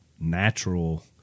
natural